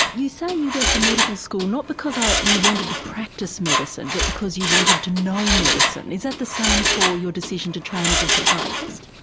you say you went to medical school not because you wanted to practise medicine but because you wanted to know medicine. is that the same for your decision to train as a psychiatrist?